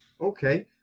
okay